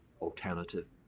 alternative